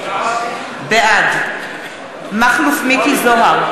בעד מכלוף מיקי זוהר,